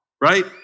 right